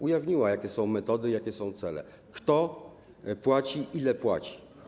Ujawniła, jakie są metody, jakie są cele, kto płaci, ile płaci.